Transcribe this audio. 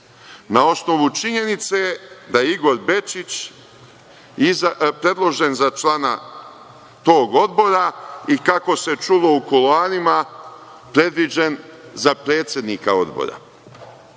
na osnovu činjenice da je Igor Bečić predložen za člana tog odbora i kako se čulo u kuloarima predviđen za predsednika odbora. Vi